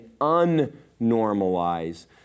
unnormalize